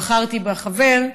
ובחרתי בחבר,